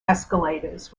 escalators